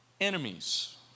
enemies